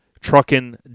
trucking